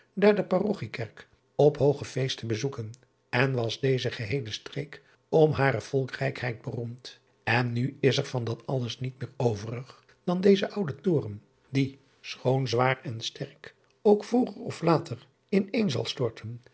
daar de arochiekerk op hooge feesten bezoeken en was deze geheele streek om hare volkrijkheid beroemd en nu is er van dat alles niet meer overig dan deze oude toren driaan oosjes zn et leven van illegonda uisman die schoon zwaar en sterk ook vroeger of later in zal storten